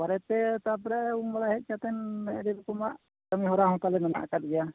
ᱯᱚᱨᱮᱛᱮ ᱛᱟᱨᱯᱚᱨᱮ ᱩᱢᱵᱟᱲᱟ ᱦᱮᱡ ᱠᱟᱛᱮᱱ ᱟᱹᱰᱤ ᱨᱚᱠᱚᱢᱟᱜ ᱠᱟᱹᱢᱤ ᱦᱚᱨᱟ ᱦᱚᱸ ᱛᱟᱞᱮ ᱢᱮᱱᱟᱜ ᱟᱠᱟᱜ ᱜᱮᱭᱟ